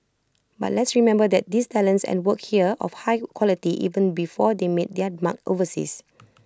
but let's remember that these talents and work here of high quality even before they made their mark overseas